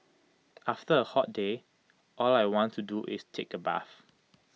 after A hot day all I want to do is take A bath